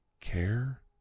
care